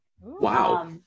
Wow